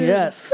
Yes